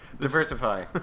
Diversify